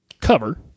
cover